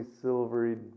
silvery